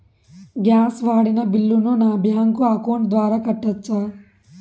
Gas వాడిన బిల్లును నా బ్యాంకు అకౌంట్ ద్వారా కట్టొచ్చా?